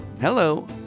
Hello